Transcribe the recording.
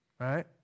Right